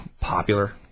popular